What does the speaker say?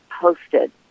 posted